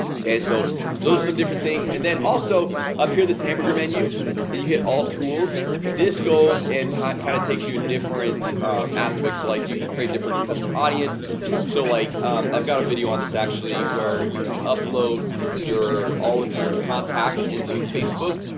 okay, so those are some different things and then also up here this hamburger menu you get all tools this goes and tot kind of takes you in different aspects like you can create different custom audience so like i've got a video on this actually where you can upload your all of your contacts into facebook,